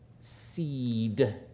seed